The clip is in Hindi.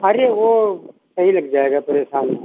अरे वो सही लग जाएगा परेशान न हो